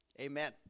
amen